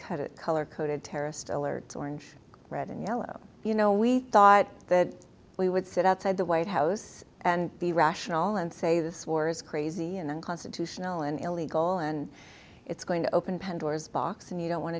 coat color coded terrorist alert orange red and yellow you know we thought that we would sit outside the white house and be rational and say this war is crazy and unconstitutional and illegal and it's going to open pandora's box and you don't want